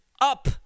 up